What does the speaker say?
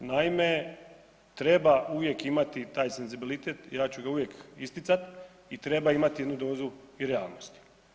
Naime, treba uvijek imati taj senzibilitet, ja ću ga uvijek isticat i treba imat jednu dozu i realnosti.